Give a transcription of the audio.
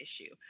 issue